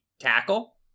tackle